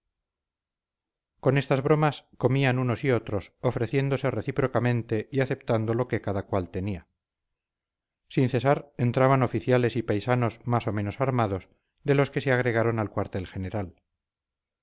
con estas bromas comían unos y otros ofreciéndose recíprocamente y aceptando lo que cada cual tenía sin cesar entraban oficiales y paisanos más o menos armados de los que se agregaron al cuartel general